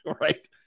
Right